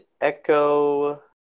Echo